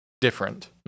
different